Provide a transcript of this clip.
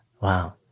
Wow